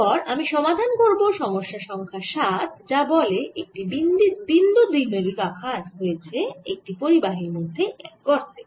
এরপর আমি সমাধান করব সমস্যা সংখ্যা 7 যা বলে একটি বিন্দু দ্বিমেরু রাখা হয়েছে একটি পরিবাহীর মধ্যে এক গর্তে